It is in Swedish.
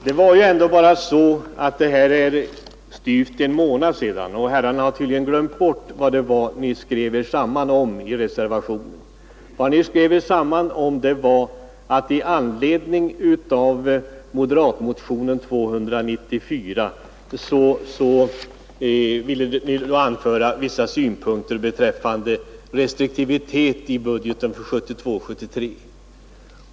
Herr talman! Det är bara drygt en månad sedan som ni skrev er samman i reservationen, men herrarna har tydligen redan glömt den och vad ni var överens om i anledning av moderatmotionen 294.